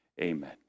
Amen